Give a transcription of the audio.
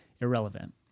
irrelevant